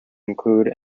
include